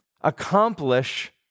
accomplish